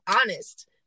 honest